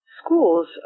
schools